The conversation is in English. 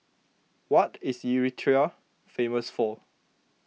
what is Eritrea famous for